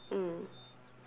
mm